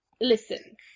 Listen